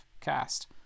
cast